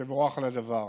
תבורך על הדבר.